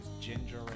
ginger